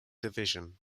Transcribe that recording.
division